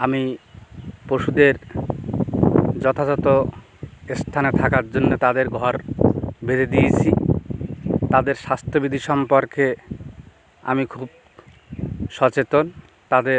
আমি পশুদের যথাযথ স্থানে থাকার জন্যে তাদের ঘর বেঁধে দিয়েছি তাদের স্বাস্থ্যবিধি সম্পর্কে আমি খুব সচেতন তাদের